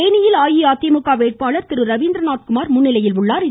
தேனியில் அஇஅதிமுக வேட்பாள் திருரவீந்திரநாத் குமார் முன்னிலையில் உள்ளா்